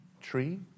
tree